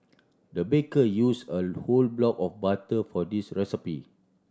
the baker use a whole block of butter for this recipe